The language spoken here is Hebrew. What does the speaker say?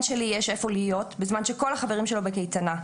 שלי יש איפה להיות בזמן שכל החברים שלו בקייטנה.